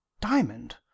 Diamond